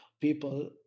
people